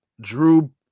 drew